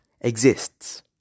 exists